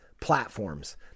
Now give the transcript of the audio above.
platforms